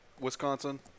Wisconsin